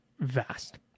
vast